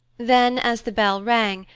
then, as the bell rang,